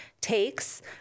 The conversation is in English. takes